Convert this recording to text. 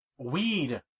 Weed